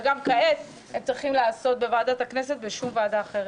וגם כעת הם צריכים להיעשות בוועדת הכנסת ולא בשום ועדה אחרת.